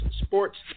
sports